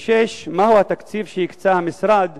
6. מהו התקציב שהקצה המשרד